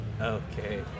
Okay